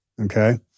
Okay